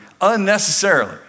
unnecessarily